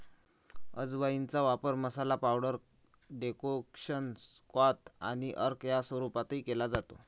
अजवाइनचा वापर masala, powder, decoction, क्वाथ आणि अर्क या स्वरूपातही केला जातो